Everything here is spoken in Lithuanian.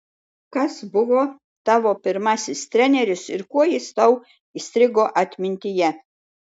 kas buvo tavo pirmasis treneris ir kuo jis tau įstrigo atmintyje